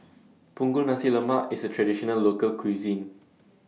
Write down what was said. Punggol Nasi Lemak IS A Traditional Local Cuisine